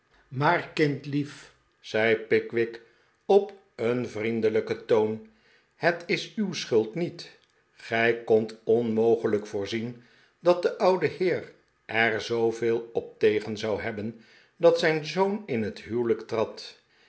maar kindlief zei pickwick op een vriendelijken toon het is uw schuld niet gij kondet onmogelijk voorzien dat de oude heer er zooveel op tegen zou hebben dat zijn zoon in het huwelijk trad